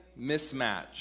mismatch